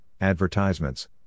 advertisements